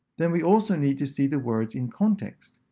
then we also need to see the words in context.